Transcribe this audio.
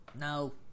No